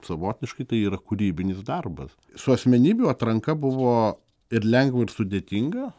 savotiškai tai yra kūrybinis darbas su asmenybių atranka buvo ir lengva ir sudėtinga